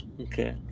okay